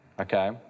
Okay